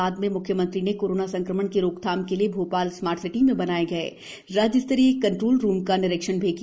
बाद में म्ख्यमंत्री ने कोरोना संक्रमण की रोकथाम के लिए भोपाल स्मार्ट सिटी में बनाये गये राज्यस्तरीय कंट्रोल रूम का निरीक्षण किया